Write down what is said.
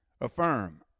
Affirm